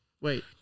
Wait